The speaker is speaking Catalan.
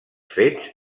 fets